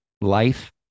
life